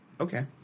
okay